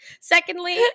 Secondly